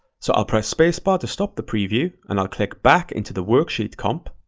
so i'll press space bar to stop the preview and i'll click back into the worksheet comp,